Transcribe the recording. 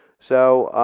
so